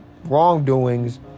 wrongdoings